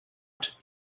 and